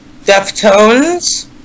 Deftones